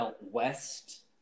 West